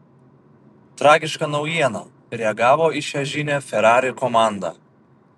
tragiška naujiena reagavo į šią žinią ferrari komanda